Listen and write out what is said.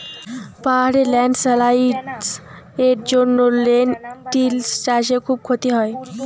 পাহাড়ে ল্যান্ডস্লাইডস্ এর জন্য লেনটিল্স চাষে খুব ক্ষতি হয়